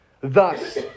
thus